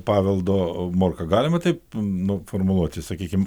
paveldo morka galima taip nu formuluoti sakykim